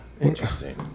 Interesting